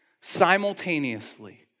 simultaneously